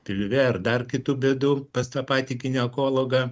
pilve ar dar kitų bėdų pas tą patį ginekologą